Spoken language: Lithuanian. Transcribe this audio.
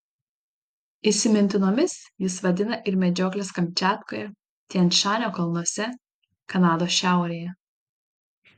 įsimintinomis jis vadina ir medžiokles kamčiatkoje tian šanio kalnuose kanados šiaurėje